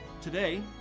Today